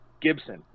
Gibson